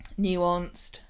nuanced